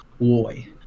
boy